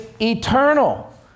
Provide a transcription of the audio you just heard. eternal